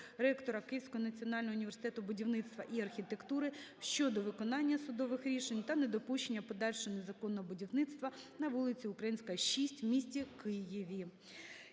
ректора Київського національного університету будівництва і архітектури щодо виконання судових рішень та недопущення подальшого незаконного будівництва на вулиці Українська, 6 в місті Києві.